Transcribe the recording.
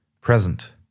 present